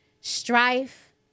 strife